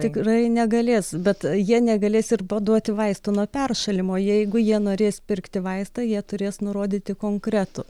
tikrai negalės bet jie negalės ir paduoti vaistų nuo peršalimo jeigu jie norės pirkti vaistą jie turės nurodyti konkretų